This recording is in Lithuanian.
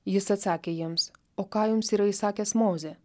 jis atsakė jiems o ką jums yra įsakęs mozė